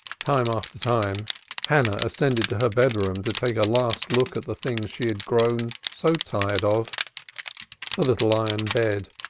time after time hannah ascended to her bedroom to take a last look at the things she had grown so tired of the little iron bed,